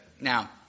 Now